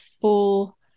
full